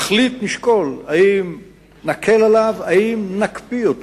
נחליט, נשקול אם נקל אותו, אם נקפיא אותו.